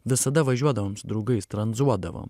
visada važiuodavom su draugais tranzuodavom